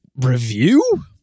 review